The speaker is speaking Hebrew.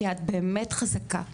כי את באמת חזקה.